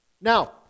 Now